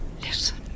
Listen